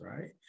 right